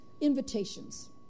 invitations